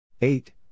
eight